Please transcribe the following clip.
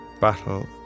battle